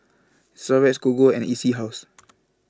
Xorex Gogo and E C House